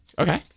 Okay